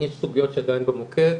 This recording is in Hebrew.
יש סוגיות שעדיין במוקד,